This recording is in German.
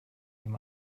ihm